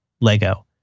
lego